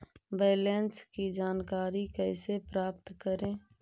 Balance की जानकारी कैसे प्राप्त करे?